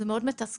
זה מאוד מתסכל,